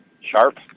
sharp